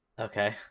Okay